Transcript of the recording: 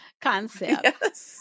concept